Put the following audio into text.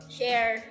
Share